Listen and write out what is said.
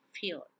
fear